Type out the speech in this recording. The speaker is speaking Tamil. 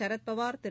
சரத்பவார் திரு